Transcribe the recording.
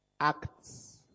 Acts